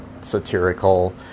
satirical